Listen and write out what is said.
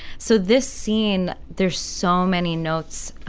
so this scene there's so many notes